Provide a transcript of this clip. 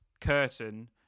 curtain